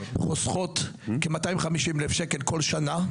חוסכות כ-250 אלף שקל כל שנה,